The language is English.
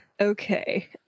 Okay